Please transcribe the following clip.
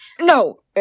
No